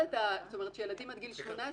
שילדים עד גיל 18,